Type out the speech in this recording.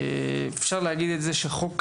אפשר להגיד שחוק כזה,